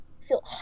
feel